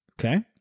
Okay